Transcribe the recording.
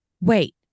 wait